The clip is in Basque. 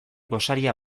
gosaria